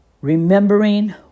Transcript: Remembering